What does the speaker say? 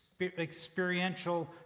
experiential